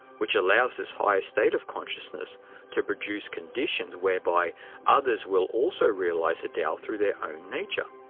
which allows this higher state of consciousness to produce conditions whereby others will also realize the tao through their own nature.